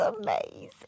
amazing